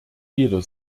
jeder